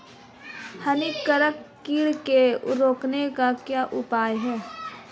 हानिकारक कीट को रोकने के क्या उपाय हैं?